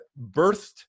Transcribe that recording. birthed